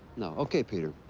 no. okay, peter.